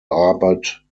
arbeit